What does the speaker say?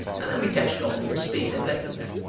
and then we dashed off full speed and left them there.